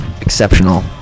exceptional